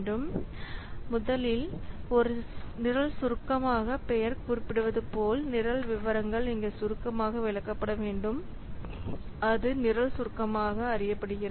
இப்போது முதலில் ஒரு நிரல் சுருக்கமாக பெயர் குறிப்பிடுவது போல நிரல் விவரங்கள் இங்கே சுருக்கமாக விளக்கப்பட வேண்டும் அது நிரல் சுருக்கமாக அறியப்படுகிறது